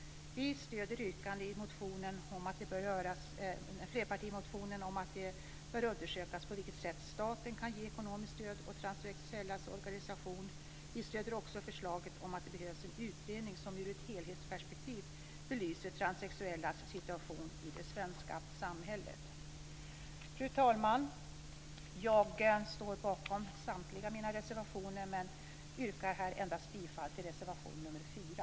Vi stöder yrkandet i flerpartimotionen om att det bör undersökas på vilket sätt staten kan ge ekonomiskt stöd åt transsexuellas organisationer. Vi stöder också förslaget om att det behövs en utredning som ur ett helhetsperspektiv belyser transsexuellas situation i det svenska samhället. Fru talman! Jag står bakom samtliga mina reservationer men yrkar endast bifall till reservation nr 4.